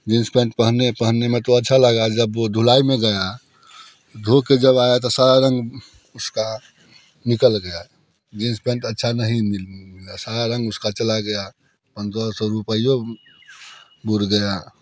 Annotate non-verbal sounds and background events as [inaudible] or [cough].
jeans pant पहनने पहनने में तो अच्छा लगा जब वो धुलाई में गया धो कर जब आया तो सारा रंग उसका निकल गया जींस पेंट अच्छा नहीं [unintelligible] सारा रंग उसका चला गया पन्द्रह सौ रूपया बूड़ गया